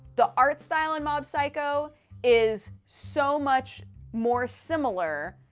the art style in mob psycho is so much more similar.